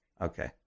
Okay